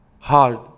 hard